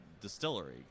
distillery